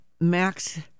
Max